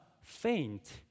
faint